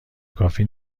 کافی